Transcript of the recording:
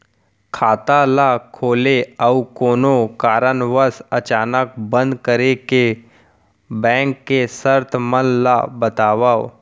खाता ला खोले अऊ कोनो कारनवश अचानक बंद करे के, बैंक के शर्त मन ला बतावव